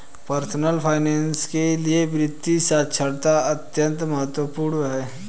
personal finance के लिए वित्तीय साक्षरता अत्यंत महत्वपूर्ण है